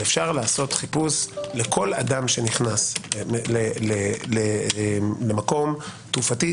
ואפשר לעשות חיפוש לכל אדם שנכנס למקום תעופתי.